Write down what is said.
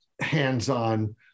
hands-on